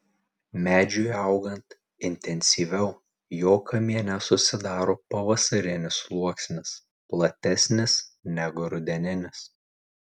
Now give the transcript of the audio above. medžiui augant intensyviau jo kamiene susidaro pavasarinis sluoksnis platesnis negu rudeninis